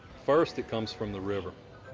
first, it comes from the river.